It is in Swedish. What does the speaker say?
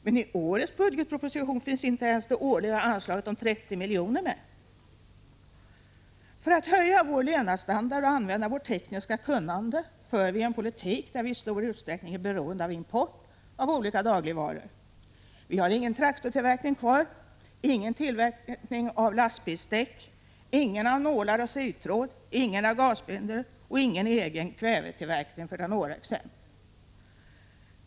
Men i årets budgetproposition finns inte ens det årliga anslaget på 30 milj.kr. med. För att höja vår levnadsstandard och använda vårt tekniska kunnande för vi en politik där vi i stor utsträckning är beroende av import av olika dagligvaror. Vi har ingen traktortillverkning kvar, ingen tillverkning av lastbilsdäck, ingen av nålar och sytråd, ingen av gasbindor och ingen egen kvävetillverkning, för att ta några exempel.